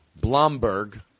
Blomberg